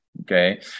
okay